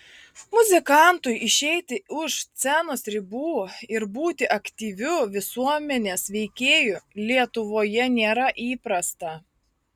muzikantui išeiti už scenos ribų ir būti aktyviu visuomenės veikėju lietuvoje nėra įprasta